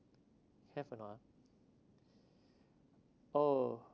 have or not ah oh